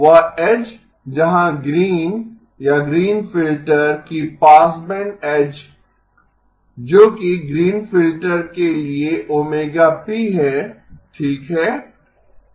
वह एज जहां ग्रीन या ग्रीन फिल्टर की पासबैंड एज जो कि ग्रीन फिल्टर के लिए ωp है ठीक है